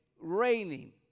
raining